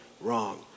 wrong